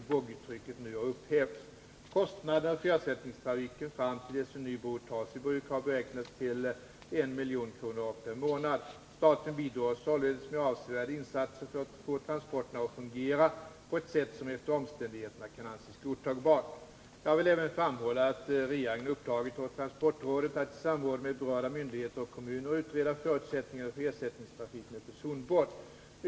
boggietrycket nu har upphävts. Kostnaderna för ersättningstrafiken fram till dess att en ny bro tas i bruk har beräknats till I milj.kr. per månad. Staten bidrar således med avsevärda insatser för att få transporterna att fungera på ett sätt som efter omständigheterna kan anses godtagbart. Jag vill även framhålla att regeringen har uppdragit åt transportrådet att i samråd med berörda myndigheter och kommuner utreda förutsättningarna för ersättningstrafik med personbåt.